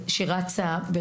שרצה,